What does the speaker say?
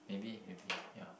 maybe maybe yeah